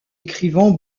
écrivant